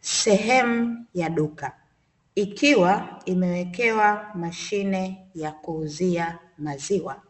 Sehemu ya duka, ikiwa imewekewa mashine ya kuuzia maziwa